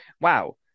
wow